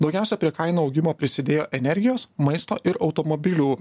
daugiausia prie kainų augimo prisidėjo energijos maisto ir automobilių